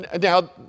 Now